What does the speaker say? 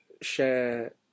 share